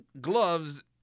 gloves